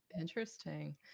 Interesting